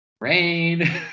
rain